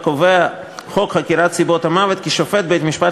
שבה קובע חוק חקירת סיבות מוות כי שופט בית-משפט